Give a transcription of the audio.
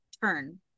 turn